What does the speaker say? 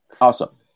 awesome